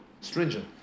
stringent